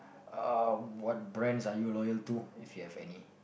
uh what brands are you loyal to if you have any